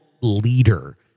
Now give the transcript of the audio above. leader